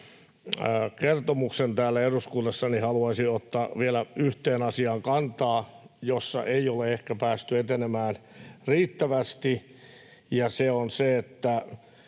kertomuksen täällä eduskunnassa, haluaisin ottaa kantaa vielä yhteen asiaan, jossa ei ole ehkä päästy etenemään riittävästi. Se on